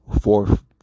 fourth